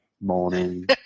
morning